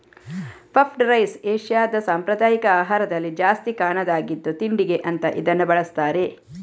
puffed rice ಏಷ್ಯಾದ ಸಾಂಪ್ರದಾಯಿಕ ಆಹಾರದಲ್ಲಿ ಜಾಸ್ತಿ ಕಾಣುದಾಗಿದ್ದು ತಿಂಡಿಗೆ ಅಂತ ಇದನ್ನ ಬಳಸ್ತಾರೆ